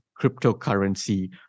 cryptocurrency